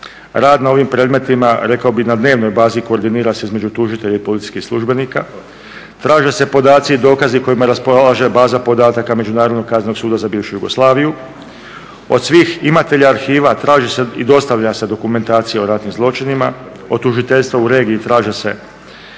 Rad na ovim predmetima, rekao bih na dnevnoj bazi koordinira se između tužitelja i policijskih službenika, traže se podaci i dokazi kojima raspolaže baza podataka Međunarodnog kaznenog suda za bivšu Jugoslaviju. Od svih imatelja arhiva traži se i dostavlja se dokumentacija o ratnim zločinima, od tužiteljstva u regiji traže se